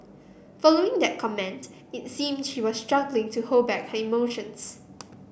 following that comment it seemed she was struggling to hold back her emotions